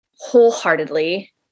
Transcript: wholeheartedly